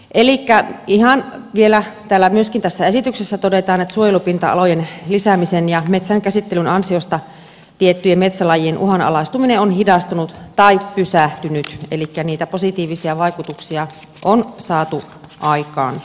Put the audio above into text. elikkä ihan vielä myöskin tässä esityksessä todetaan että suojelupinta alojen lisäämisen ja metsänkäsittelyn ansiosta tiettyjen metsälajien uhanalaistuminen on hidastunut tai pysähtynyt elikkä niitä positiivisia vaikutuksia on saatu aikaan